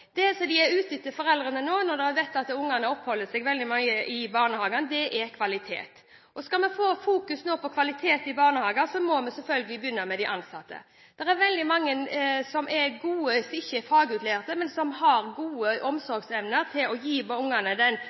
barnehage enn de hadde før. Foreldrene er nå – når de vet at barna oppholder seg veldig mye i barnehage – ute etter kvalitet. Skal vi få fokus på kvaliteten i barnehager, må vi selvsagt begynne med de ansatte. Det er veldig mange som er gode som ikke er faglærte, men som har gode omsorgsevner, og som kan gi ungene den voksenkontakten som trengs. Men vi er nødt til å